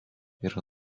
yra